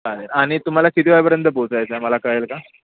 चालेल आणि तुम्हाला किती वाजेपर्यंत पोचायचं आहे मला कळेल का